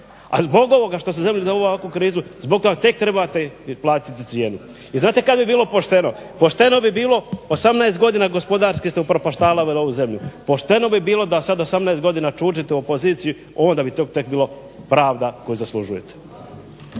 Ali zbog ovoga što ste doveli zemlju u ovakvu krizu zbog tog trebate platiti cijenu. I znati kad bi bilo pošteno 18 godina gospodarski ste upropaštavali ovu zemlju, pošteno bi bilo da sada 18 godina čučite u opoziciji onda bi to tek bila pravda koju zaslužujete.